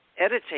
Editing